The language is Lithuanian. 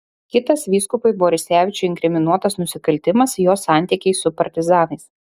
kitas vyskupui borisevičiui inkriminuotas nusikaltimas jo santykiai su partizanais